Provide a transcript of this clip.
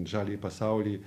žaliąjį pasaulį